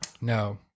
No